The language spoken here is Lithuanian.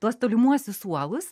tuos tolimuosius suolus